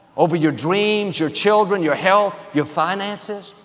over your dreams, your children, your health, your finances?